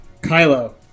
Kylo